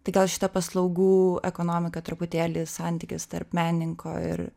tai gal šita paslaugų ekonomika truputėlį santykis tarp menininko ir